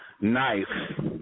Knife